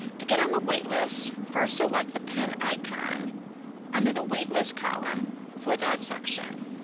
to get on the waitlist, first select the pen icon under the waitlist column for that section.